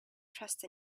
trust